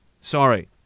sorry